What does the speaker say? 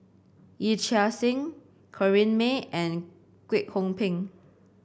Yee Chia Hsing Corrinne May and Kwek Hong Png